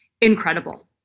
incredible